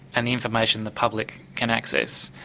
and the information the public can access.